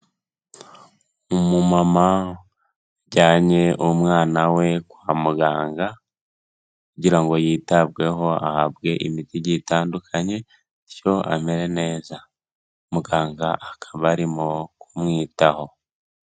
Umumama ajyanye umwana we kwa muganga kugira ngo yitabweho ahabwe imiti igiye itandukanye bityo amere neza, muganga akaba arimo kumwitaho.